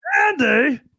Andy